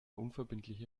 unverbindliche